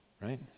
right